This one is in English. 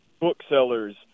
Booksellers